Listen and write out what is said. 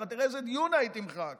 תראה איזה דיון, אני חושב,